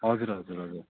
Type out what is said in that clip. हजुर हजुर हजुर